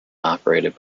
operated